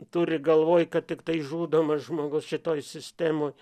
turi galvoj kad tiktai žudomas žmogus šitoj sistemoj